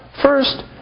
first